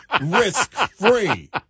risk-free